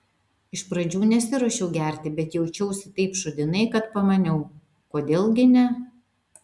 iš pradžių nesiruošiau gerti bet jaučiausi taip šūdinai kad pamaniau kodėl gi ne